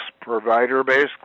provider-based